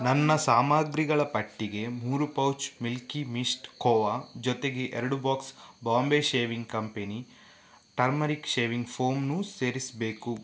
ನನ್ನ ಸಾಮಗ್ರಿಗಳ ಪಟ್ಟಿಗೆ ಮೂರು ಪೌಚ್ ಮಿಲ್ಕಿ ಮಿಸ್ಟ್ ಕೋವ ಜೊತೆಗೆ ಎರಡು box Bombay shaving company turmeric shaving ಫೋಮನ್ನು ಸೇರಿಸಬೇಕು